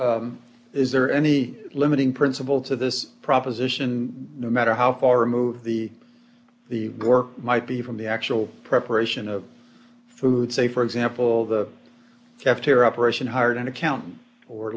nolan is there any limiting principle to this proposition no matter how far removed the the work might be from the actual preparation of food say for example the cafeteria operation hired an accountant or